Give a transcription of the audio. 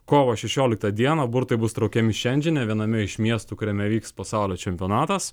kovo šešioliktą dieną burtai bus traukiami šiandžiane viename iš miestų kuriame vyks pasaulio čempionatas